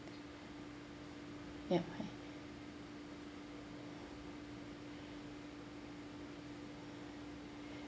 yup